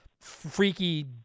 freaky